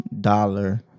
dollar